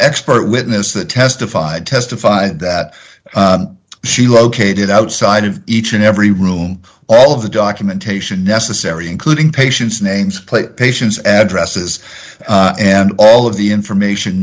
expert witness that testified testified that she located outside of each and every room all of the documentation necessary including patients names plate patients addresses and all of the information